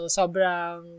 sobrang